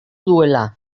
duela